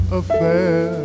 affair